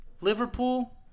Liverpool